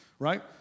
right